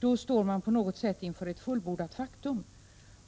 men står på något sätt inför ett fullbordat faktum.